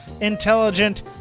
intelligent